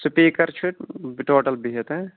speaker چھُ total بِہِتھ